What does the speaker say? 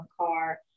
car